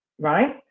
right